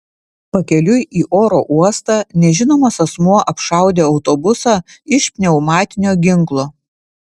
pakeliui į oro uostą nežinomas asmuo apšaudė autobusą iš pneumatinio ginklo